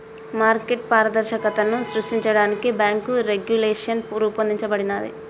market పారదర్శకతను సృష్టించడానికి bank regulation రూపొందించబడినాది